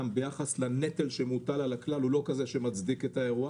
ביחס לנטל שמוטל על הכלל הוא לא כזה שמצדיק את האירוע